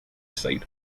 side